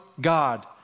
God